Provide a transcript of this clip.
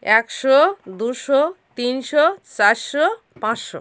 একশো দুশো তিনশো চারশো পাঁচশো